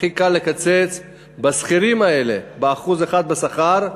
הכי קל לקצץ בשכירים האלה, 1% בשכר,